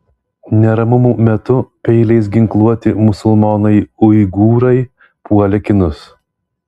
neramumų metu peiliais ginkluoti musulmonai uigūrai puolė kinus